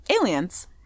aliens